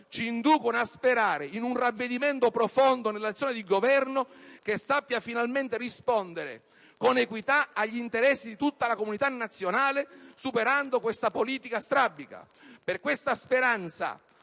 ci inducono a sperare in un ravvedimento profondo nell'azione di governo che sappia finalmente rispondere, con equità, agli interessi di tutta la comunità nazionale superando questa politica strabica. Per questa speranza,